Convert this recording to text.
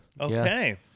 Okay